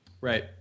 right